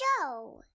show